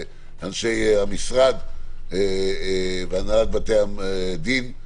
אנשי המשרד והנהלת בתי הדין,